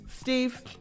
Steve